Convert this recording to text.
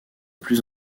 plus